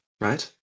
right